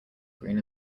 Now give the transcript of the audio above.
green